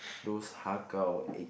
those har gow egg